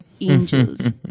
angels